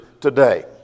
today